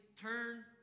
turn